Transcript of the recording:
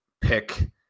pick